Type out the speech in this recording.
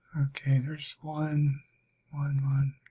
okay there's one one one